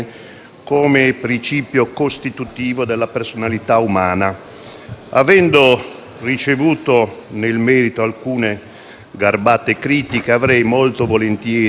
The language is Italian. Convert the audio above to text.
Avendo ricevuto nel merito alcune garbate critiche, avrei molto volentieri voluto rispondere in questa sede,